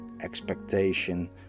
expectation